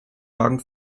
wagen